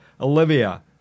Olivia